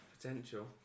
potential